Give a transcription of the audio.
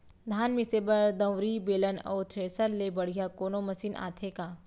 धान मिसे बर दंवरि, बेलन अऊ थ्रेसर ले बढ़िया कोनो मशीन आथे का?